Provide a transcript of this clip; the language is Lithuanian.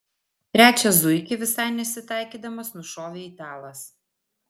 trečią zuikį visai nesitaikydamas nušovė italas